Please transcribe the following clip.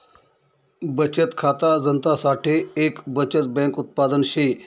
बचत खाता जनता साठे एक बचत बैंक उत्पादन शे